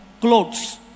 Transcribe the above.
clothes